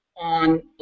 on